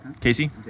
Casey